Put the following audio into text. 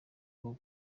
bwo